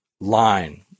line